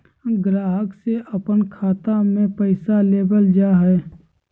ग्राहक से अपन खाता में पैसा लेबल जा हइ